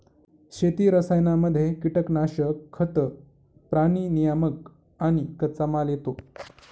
शेती रसायनांमध्ये कीटनाशक, खतं, प्राणी नियामक आणि कच्चामाल येतो